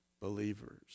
believers